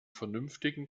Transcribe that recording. vernünftigen